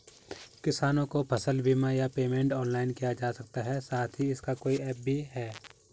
किसानों को फसल बीमा या पेमेंट ऑनलाइन किया जा सकता है साथ ही इसका कोई ऐप भी है?